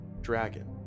dragon